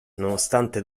nonostante